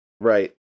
Right